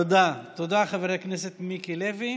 תודה, חבר הכנסת מיקי לוי.